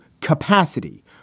capacity